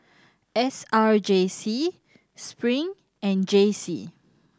S R J C Spring and J C